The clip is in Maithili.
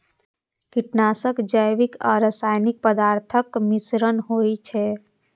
कीटनाशक जैविक आ रासायनिक पदार्थक मिश्रण होइ छै